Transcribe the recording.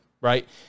right